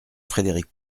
frédéric